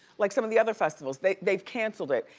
like some of the other festivals. they've they've canceled it.